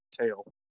tail